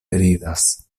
ridas